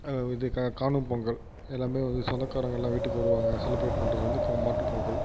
இது கா காணும் பொங்கல் எல்லாம் வந்து சொந்தக்காரவங்க எல்லாம் வீட்டுக்கு வருவாங்க செலிப்ரேட் பண்ணுறது வந்து க மாட்டுப்பொங்கல்